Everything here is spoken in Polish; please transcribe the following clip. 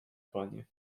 panie